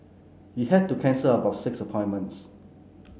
he had to cancel about six appointments